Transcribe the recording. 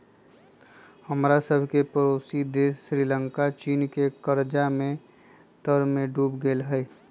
हमरा सभके पड़ोसी देश श्रीलंका चीन के कर्जा के तरमें डूब गेल हइ